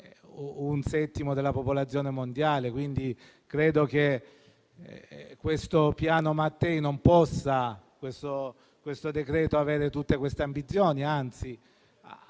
un settimo della popolazione mondiale, quindi credo che il provvedimento in esame non possa avere tutte queste ambizioni.